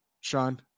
Sean